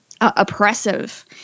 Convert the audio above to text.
oppressive